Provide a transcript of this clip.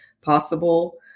possible